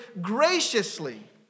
graciously